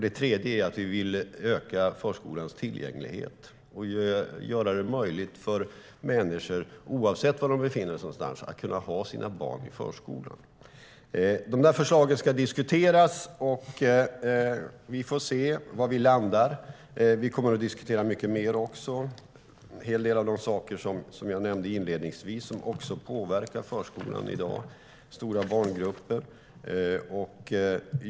Det tredje är att vi vill öka förskolans tillgänglighet och göra det möjligt för människor oavsett var de befinner sig någonstans att ha sina barn i förskolan. De här förslagen ska diskuteras. Vi får se var vi landar. Vi kommer att diskutera mycket mer, till exempel en hel del av de saker som jag nämnde inledningsvis och som påverkar förskolan i dag, som stora barngrupper.